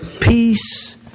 Peace